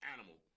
Animal